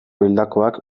hildakoak